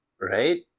Right